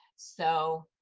so